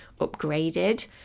upgraded